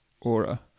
aura